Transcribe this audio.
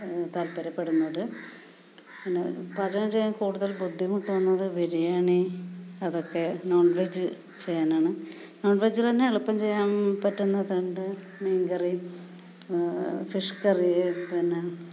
താൽപര്യപ്പെടുന്നത് പിന്നെ പാചകം ചെയ്യാൻ കൂടുതൽ ബുദ്ധിമുട്ടുന്നത് ബിരിയാണി അതൊക്കെ നോൺ വെജ് ചെയ്യാനാണ് നോൺവെജ്ലന്നെ എളുപ്പം ചെയ്യാൻ പറ്റുന്നതുണ്ട് മീൻ കറി ഫിഷ് കറിയിൽ തന്നെ